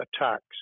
attacks